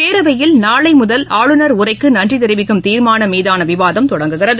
பேரவையில் நாளைமுதல் ஆளுநர் உரைக்குநன்றிதெரிவிக்கும் தீர்மானம் மீதானவிவாதம் தொடங்குகிறது